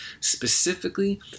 specifically